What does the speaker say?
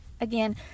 Again